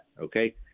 okay